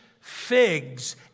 figs